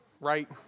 right